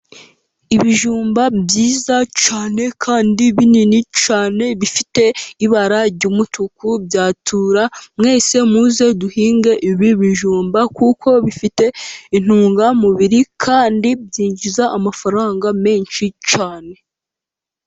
Ibijumba byiza cyane kandi binini cyane, bifite ibara ry'umutuku bya tura. Mwese muze duhinge ibi bijumba kuko bifite intungamubiri, kandi byinjiza amafaranga menshi cyane.